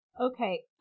Okay